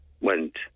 went